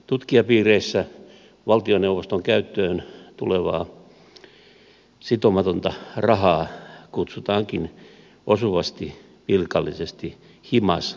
tutkijapiireissä valtioneuvoston käyttöön tulevaa sitomatonta rahaa kutsutaankin osuvasti pilkallisesti himasrahaksi